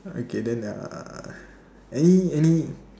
okay then uh any any